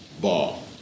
Ball